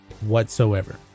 whatsoever